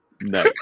No